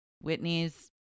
Whitney's